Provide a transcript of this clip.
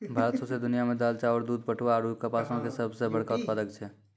भारत सौंसे दुनिया मे दाल, चाउर, दूध, पटवा आरु कपासो के सभ से बड़का उत्पादक छै